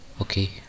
okay